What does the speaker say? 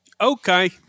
Okay